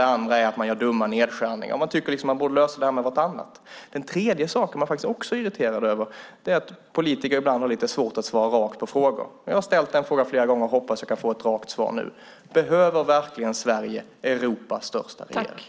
Det andra är att det görs dumma nedskärningar. Man tycker att det borde lösas på något annat sätt. En tredje sak som man är irriterad över är att politiker ibland har lite svårt att svara rakt på frågor. Jag har ställt en fråga flera gånger och hoppas att jag nu kan få ett rakt svar. Behöver Sverige verkligen Europas största regering?